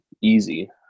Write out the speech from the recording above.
Easy